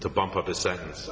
to bump up the sentence